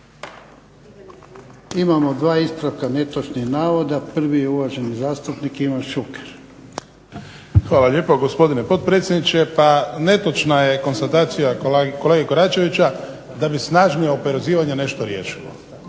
Imamo dva ispravka netočnih navoda. Prvi je uvaženi zastupnik Ivan Šuker. **Šuker, Ivan (HDZ)** Hvala lijepo, gospodine potpredsjedniče. Pa netočna je konstatacija kolege Koračevića da bi snažnije oporezivanje nešto riješilo.